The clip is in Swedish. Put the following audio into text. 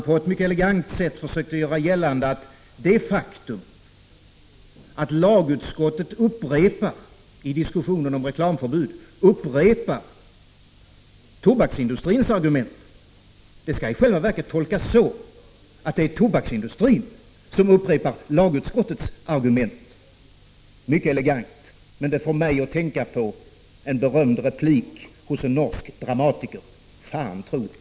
På ett elegant sätt försökte han göra gällande att det faktum att lagutskottet i diskussionen om förbud mot tobaksreklam upprepar tobaksindustrins argument skall i själva verket tolkas så, att det är tobaksindustrin som upprepar lagutskottets argument! Mycket elegant, men det får mig att tänka på en berömd replik av en norsk dramatiker: ”Fan tro't.”